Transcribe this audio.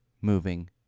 moving